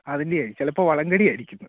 അതിൻ്റെ ചിലപ്പോൾ വളം കടിയായിരിക്കും